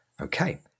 Okay